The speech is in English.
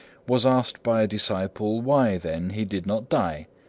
was asked by a disciple why, then, he did not die.